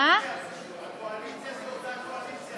הקואליציה זו אותה קואליציה.